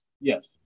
Yes